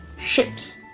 ships